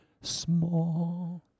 small